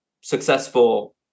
successful